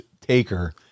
Taker